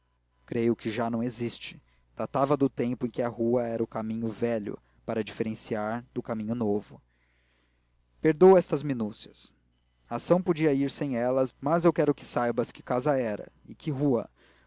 creio que já não existe datava do tempo em que a rua era o caminho velho para diferençar do caminho novo perdoa estas minúcias a ação podia ir sem elas mas eu quero que saibas que casa era e que rua